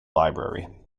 library